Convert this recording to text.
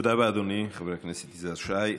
תודה רבה, אדוני חבר הכנסת יזהר שי.